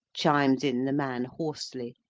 chimes in the man hoarsely,